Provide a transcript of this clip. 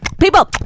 People